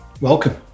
welcome